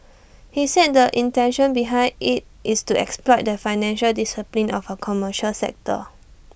he said the intention behind IT is to exploit that financial discipline of A commercial sector